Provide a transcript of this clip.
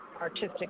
artistic